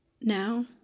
now